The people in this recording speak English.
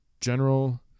General